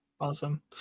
Awesome